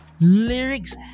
lyrics